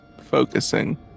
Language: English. focusing